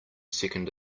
second